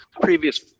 previous